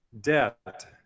debt